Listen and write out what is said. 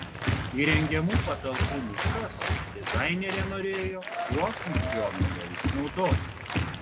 įrengiamų patalpų nišas dizainerė norėjo kuo funkcionaliau išnaudoti